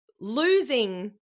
losing